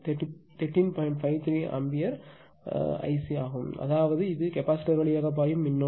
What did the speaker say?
53 ampere IC அதாவது இது capacitor வழியாக பாயும் மின்னோட்டம்